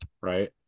right